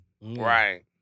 Right